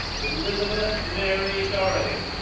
elizabeth mary dougherty,